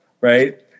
right